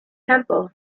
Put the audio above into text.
temple